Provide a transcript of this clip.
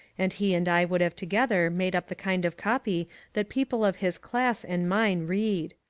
and he and i would have together made up the kind of copy that people of his class and mine read.